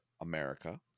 America